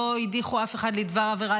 לא הדיחו אף אחד לדבר עבירה,